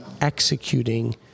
executing